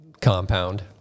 compound